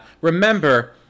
remember